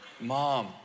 mom